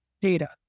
data